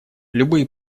любые